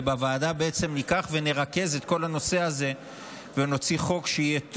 ובוועדה בעצם ניקח ונרכז את כל הנושא הזה ונוציא חוק שיהיה טוב,